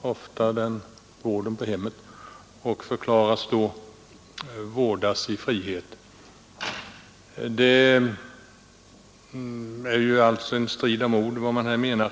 ofta vården på hemmet och förklaras då vårdas i frihet. Det är alltså en strid om ord när det gäller vad man här menar.